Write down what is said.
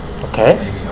Okay